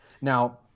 Now